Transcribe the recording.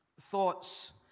thoughts